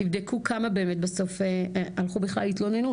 תבדקו כמה באמת בסוף הלכו בכלל התלוננו,